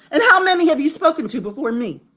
and how many have you spoken to before me?